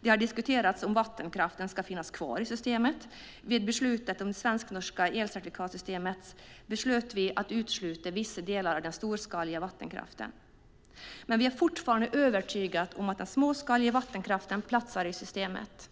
Det har diskuterats om vattenkraften ska finnas kvar i systemet. I det svensk-norska elcertifikatssystemet beslutade vi att utesluta vissa delar av den storskaliga vattenkraften. Vi är dock fortfarande övertygade om att den småskaliga vattenkraften platsar i systemet.